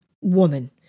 woman